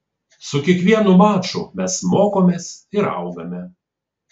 su kiekvienu maču mes mokomės ir augame